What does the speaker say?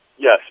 Yes